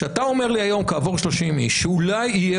כשאתה ואמר לי היום כעבור 30 איש שאולי יהיה